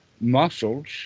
muscles